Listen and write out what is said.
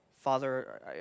Father